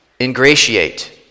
ingratiate